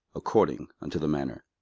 according unto the manner.